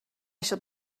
shall